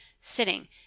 sitting